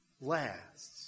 lasts